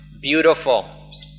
beautiful